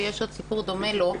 ויש עוד סיפור דומה לו,